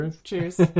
cheers